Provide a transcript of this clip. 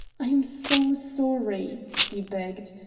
i am so sorry, he begged.